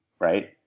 Right